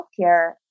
healthcare